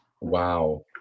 Wow